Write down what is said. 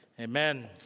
amen